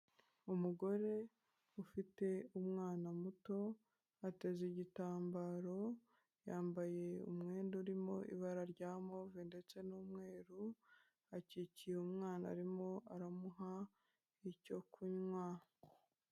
Umugore ufite umwana muto ateze igitambaro yambaye umwenda urimo ibara rya move ndetse n'umweru akikiye umwana arimo aramuha icyo kunywa.